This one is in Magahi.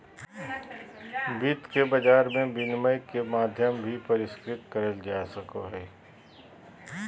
वित्त के बाजार मे विनिमय के माध्यम भी परिष्कृत करल जा सको हय